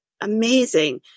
amazing